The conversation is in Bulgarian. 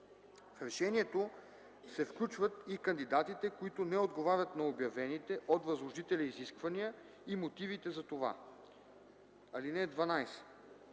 В решението се включват и кандидатите, които не отговарят на обявените от възложителя изисквания, и мотивите за това. (12)